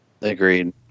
Agreed